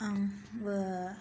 आं